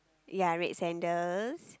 ya red sandals